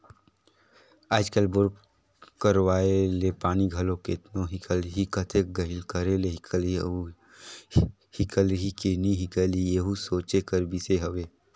आएज काएल बोर करवाए ले पानी घलो केतना हिकलही, कतेक गहिल करे ले हिकलही अउ हिकलही कि नी हिकलही एहू सोचे कर बिसे हवे